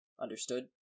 Understood